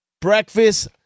breakfast